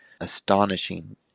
astonishing